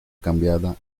cambiada